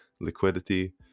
liquidity